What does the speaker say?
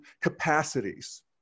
capacities